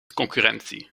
concurrentie